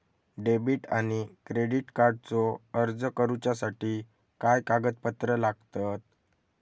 Debit आणि credit कार्डचो अर्ज करुच्यासाठी काय कागदपत्र लागतत?